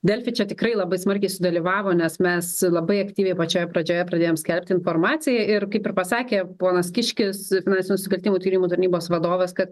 delfi čia tikrai labai smarkiai sudalyvavo nes mes labai aktyviai pačioje pradžioje pradėjom skelbti informaciją ir kaip ir pasakė ponas kiškis finansinių nusikaltimų tyrimų tarnybos vadovas kad